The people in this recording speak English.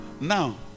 Now